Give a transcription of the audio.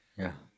yeah